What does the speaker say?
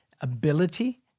ability